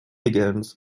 begins